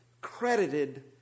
credited